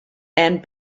and